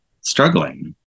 struggling